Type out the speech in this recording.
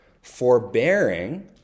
forbearing